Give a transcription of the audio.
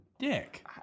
Dick